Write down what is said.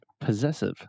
possessive